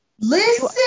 Listen